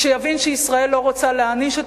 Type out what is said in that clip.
כשיבין שישראל לא רוצה להעניש את